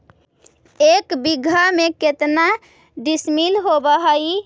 एक बीघा में केतना डिसिमिल होव हइ?